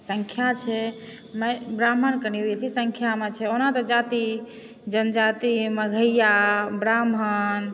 संख्या छै ब्राह्मण कनि बेसी संख्यामे छै ओना तऽ जाति जनजाति मगहैयाँ ब्राह्मण